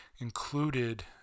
included